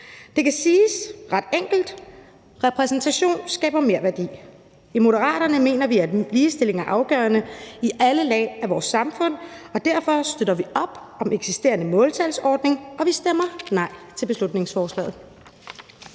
Det kan siges ret enkelt: Repræsentation skaber merværdi. I Moderaterne mener vi, at ligestilling er afgørende i alle lag af vores samfund. Derfor støtter vi op om den eksisterende måltalsordning, og vi stemmer nej til beslutningsforslaget.